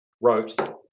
wrote